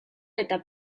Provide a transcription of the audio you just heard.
eta